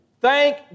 thank